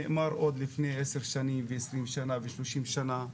נאמר עוד לפני 10 שנים, ו-20 שנה, ו-30 שנה.